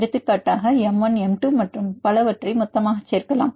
எடுத்துக்காட்டாக m 1 m 2 m1 m2 மற்றும் பலவற்றை மொத்தமாக சேர்க்கலாம்